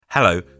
Hello